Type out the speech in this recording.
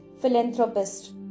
philanthropist